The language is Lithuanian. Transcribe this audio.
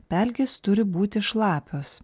pelkės turi būti šlapios